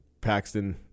Paxton